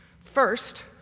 First